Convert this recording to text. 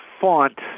font